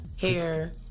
hair